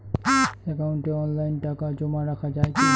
একাউন্টে অনলাইনে টাকা জমা রাখা য়ায় কি?